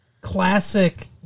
classic